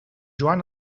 joan